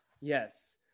Yes